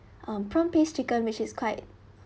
um prawn paste chicken which is quite